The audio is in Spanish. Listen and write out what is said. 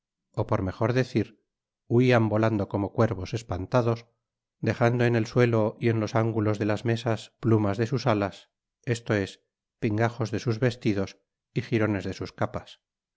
ó por mejor decir huían volando como cuervos espantados dejando en el suelo y en los ángulos de las mesas plumas de sus alas esto es pingajos de sus vestidos y girones de sus capas